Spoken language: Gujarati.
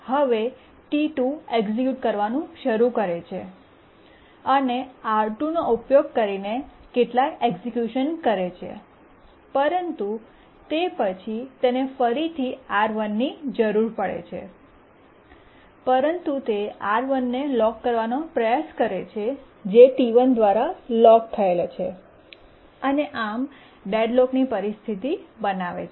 હવે T2 એક્ઝેક્યુટ કરવાનું શરૂ કરે છે અને R2 નો ઉપયોગ કરીને કેટલાક એક્ઝેક્યુશન કરે છે પરંતુ તે પછી તેને ફરીથી R1 ની જરૂર પડે છે પરંતુ તે R1 ને લોક કરવાનો પ્રયાસ કરે છે જે T1 દ્વારા લોક થયેલ છે અને આમ ડેડલોકની પરિસ્થિતિ બનાવે છે